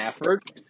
effort